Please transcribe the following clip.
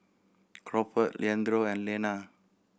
Crawford Leandro and Lenna